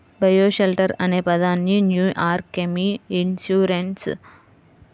bioshelter అనే పదాన్ని New Alchemy Institute మరియు సోలార్ డిజైనర్లు రూపొందించారు